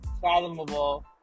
fathomable